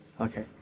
okay